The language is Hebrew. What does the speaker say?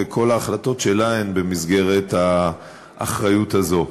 וכל ההחלטות שלה הן במסגרת אחריותה זו.